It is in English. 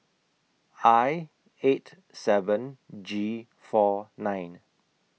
I eight seven G four nine